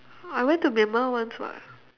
I went to Myanmar once [what]